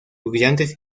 brillantes